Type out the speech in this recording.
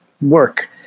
work